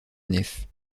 nef